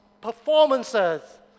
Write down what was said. performances